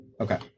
Okay